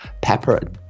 pepper